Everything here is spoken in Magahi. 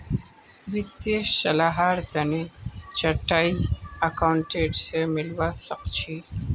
वित्तीय सलाहर तने चार्टर्ड अकाउंटेंट स मिलवा सखे छि